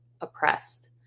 oppressed